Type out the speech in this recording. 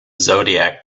zodiac